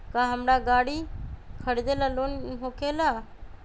का हमरा गारी खरीदेला लोन होकेला?